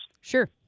Sure